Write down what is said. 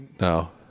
No